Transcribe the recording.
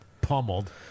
pummeled